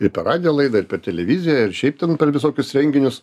ir per radijo laidą ir per televiziją ir šiaip ten per visokius renginius